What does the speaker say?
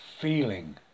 feeling